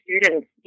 students